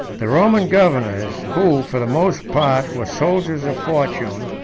the roman governors, who, for the most part, were soldiers of fortune,